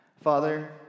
Father